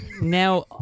Now